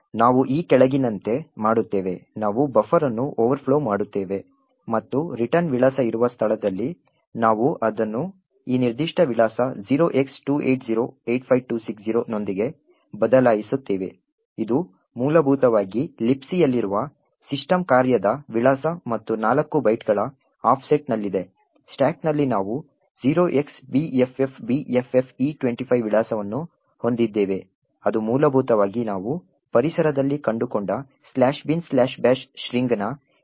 ಆದ್ದರಿಂದ ನಾವು ಈ ಕೆಳಗಿನಂತೆ ಮಾಡುತ್ತೇವೆ ನಾವು ಬಫರ್ ಅನ್ನು ಓವರ್ಫ್ಲೋ ಮಾಡುತ್ತೇವೆ ಮತ್ತು ರಿಟರ್ನ್ ವಿಳಾಸ ಇರುವ ಸ್ಥಳದಲ್ಲಿ ನಾವು ಅದನ್ನು ಈ ನಿರ್ದಿಷ್ಟ ವಿಳಾಸ 0x28085260 ನೊಂದಿಗೆ ಬದಲಾಯಿಸುತ್ತೇವೆ ಇದು ಮೂಲಭೂತವಾಗಿ Libcಯಲ್ಲಿರುವ ಸಿಸ್ಟಮ್ ಕಾರ್ಯದ ವಿಳಾಸ ಮತ್ತು 4 ಬೈಟ್ಗಳ ಆಫ್ಸೆಟ್ನಲ್ಲಿದೆ ಸ್ಟಾಕ್ನಲ್ಲಿ ನಾವು 0xbffbffe25 ವಿಳಾಸವನ್ನು ಹೊಂದಿದ್ದೇವೆ ಅದು ಮೂಲಭೂತವಾಗಿ ನಾವು ಪರಿಸರದಲ್ಲಿ ಕಂಡುಕೊಂಡ binbash ಸ್ಟ್ರಿಂಗ್ನ ಪಾಯಿಂಟರ್ ಆಗಿದೆ